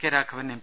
K Raghavan M